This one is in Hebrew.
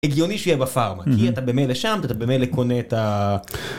הגיוני שיהיה בפארמה, כי אתה במילא שם ואתה במילא קונה את ה...